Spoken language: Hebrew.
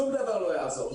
שום דבר לא יעזור.